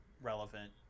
relevant